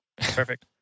Perfect